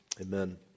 Amen